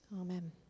Amen